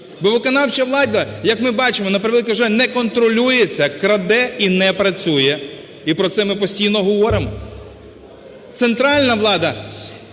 Бо виконавча влада, як ми бачимо, на превеликий жаль, не контролюється, краде і не працює. І про це ми постійно говоримо. Центральна влада